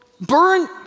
burn